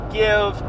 give